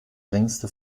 längste